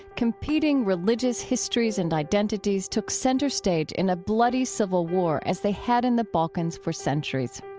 competing religious histories and identities took center stage in a bloody civil war as they had in the balkans for centuries.